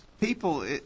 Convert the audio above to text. people